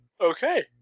Okay